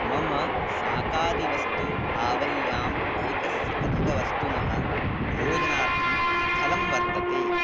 मम शाकादिवस्तु आवल्याम् एकस्य अधिकवस्तुनः योजनार्थं स्थलं वर्तते